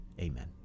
Amen